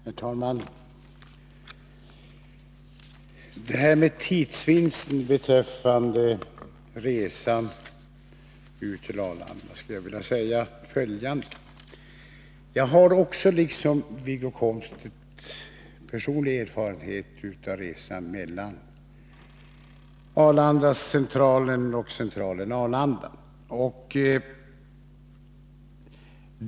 Herr talman! När det gäller tidsvinsten på resan ut till Arlanda skulle jag vilja säga följande. Jag har också liksom Wiggo Komstedt personlig erfarenhet av resan mellan Arlanda och Centralen resp. Centralen och Arlanda.